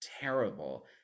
terrible